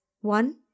One